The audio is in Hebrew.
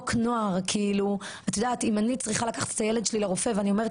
אם אני צריכה לקחת את הילד שלי לרופא ואני אומרת,